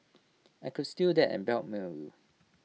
I could steal that and blackmail you